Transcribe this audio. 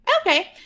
okay